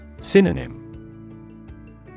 Synonym